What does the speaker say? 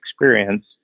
experience